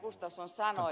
gustafsson sanoi